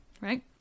Right